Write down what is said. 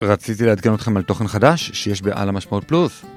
רציתי לעדכן אתכם על תוכן חדש שיש בעל המשמעות פלוס